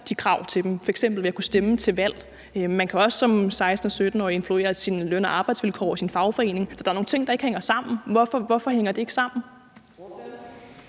de krav til dem, f.eks. ved at stemme til valg. Man kan også som 16- og 17-årig influere sine løn- og arbejdsvilkår i sin fagforening. Så der er nogle ting, der ikke hænger sammen. Hvorfor hænger de ikke sammen?